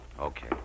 Okay